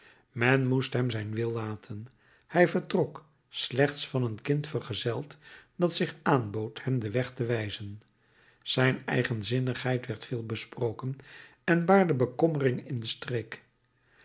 men moest hem zijn wil laten hij vertrok slechts van een kind vergezeld dat zich aanbood hem den weg te wijzen zijn eigenzinnigheid werd veel besproken en baarde bekommering in de streek